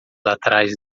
atrás